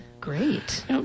Great